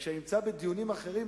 כשאני נמצא בדיונים אחרים,